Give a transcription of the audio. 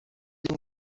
اون